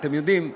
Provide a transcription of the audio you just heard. אתם יודעים.